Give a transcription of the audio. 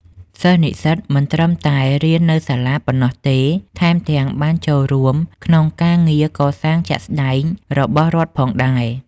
សិស្សនិស្សិតមិនត្រឹមតែរៀននៅសាលាប៉ុណ្ណោះទេ ថែមទាំងបានចូលរួមក្នុងការងារកសាងជាក់ស្តែងរបស់រដ្ឋផងដែរ។